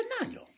denial